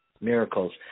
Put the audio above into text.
miracles